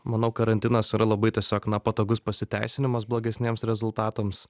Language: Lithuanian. manau karantinas yra labai tiesiog na patogus pasiteisinimas blogesniems rezultatams